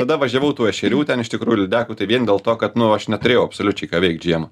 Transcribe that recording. tada važiavau tų ešerių ten iš tikrųjų lydekų tai vien dėl to kad nu aš neturėjau absoliučiai ką veikt žiemą